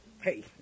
hey